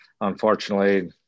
Unfortunately